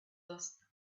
dust